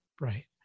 Right